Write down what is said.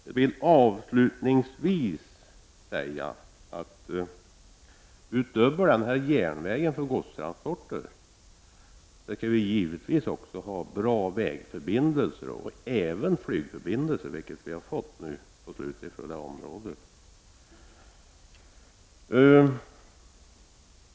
Låt mig avslutningsvis säga att vi utöver den här järnvägen för godstransporter givetvis också skall ha bra vägförbindelser och flygförbindelser. Vi har också fått goda flygförbindelser i området.